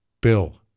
Bill